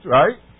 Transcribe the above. right